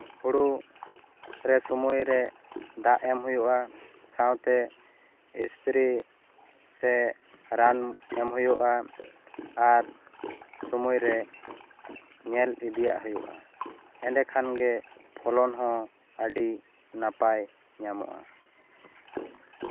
ᱦᱩᱲᱩ ᱨᱮ ᱥᱚᱢᱚᱭ ᱨᱮ ᱫᱟᱜ ᱮᱢ ᱦᱩᱭᱩᱜᱼᱟ ᱥᱟᱶᱛᱮ ᱮᱥᱯᱨᱮ ᱥᱮ ᱨᱟᱱ ᱮᱢ ᱦᱩᱭᱩᱜᱼᱟ ᱟᱨ ᱥᱚᱢᱚᱭ ᱨᱮ ᱧᱮᱞ ᱤᱫᱤᱭᱟᱜ ᱦᱩᱭᱩᱜᱼᱟ ᱮᱸᱰᱮ ᱠᱷᱟᱱ ᱜᱮ ᱯᱷᱚᱞᱚᱱ ᱦᱚᱸ ᱟᱹᱰᱤ ᱱᱟᱯᱟᱭ ᱧᱟᱢᱚᱜᱼᱟ